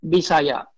Bisaya